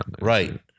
Right